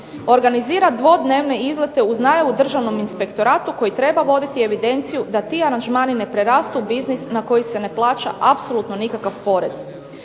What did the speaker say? organizira dvodnevne izlete uz najavu državnom inspektoratu koji treba voditi evidenciju da ti aranžmani ne prerastu u biznis na koji se ne plaća apsolutno nikakav porez.